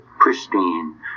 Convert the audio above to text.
Pristine